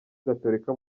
gatolika